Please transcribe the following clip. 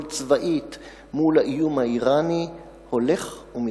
צבאית מול האיום האירני הולך ומתקצר.